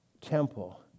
temple